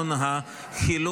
אוקיי.